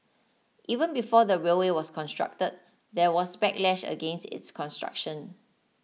even before the railway was constructed there was backlash against its construction